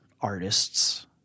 artists